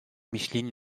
micheline